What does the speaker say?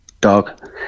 dog